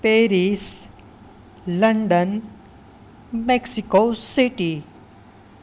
Paris London Mexico city